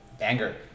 anger